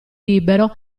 libero